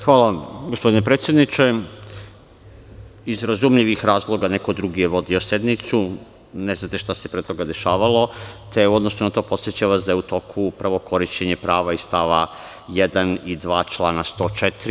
Hvala gospodine predsedniče, iz razumljivih razloga neko drugi je vodio sednicu, vi ne znate šta se pre toga dešavalo, pa u odnosu na to, podsećam vas da je u toku upravo korišćenje prava iz stava 1. i 2. člana 104.